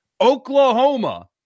Oklahoma